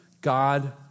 God